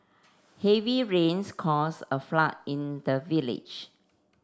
heavy rains caused a flood in the village